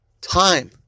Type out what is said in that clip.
time